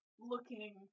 looking